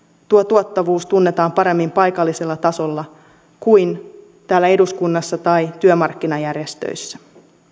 tuo tuottavuus tunnetaan paremmin paikallisella tasolla kuin täällä eduskunnassa tai työmarkkinajärjestöissä